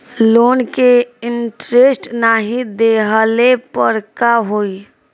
Loan के interest नाही देहले पर का होई?